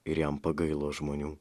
ir jam pagailo žmonių